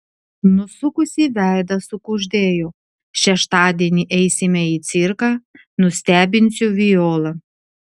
nusukusi veidą sukuždėjo šeštadienį eisime į cirką nustebinsiu violą